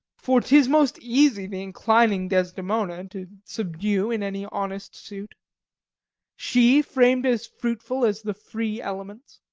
for tis most easy the inclining desdemona to subdue in any honest suit she's fram'd as fruitful as the free elements.